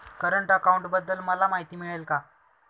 Current अकाउंटबद्दल मला माहिती मिळेल का?